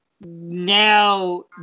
now